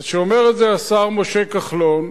אז כשאומר את זה השר משה כחלון,